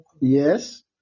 yes